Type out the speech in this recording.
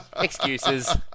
Excuses